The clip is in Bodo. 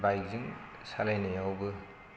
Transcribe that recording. बाइकजों सालायनायावबो